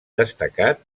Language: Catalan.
destacat